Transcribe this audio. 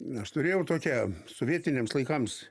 aš turėjau tokią sovietiniams laikams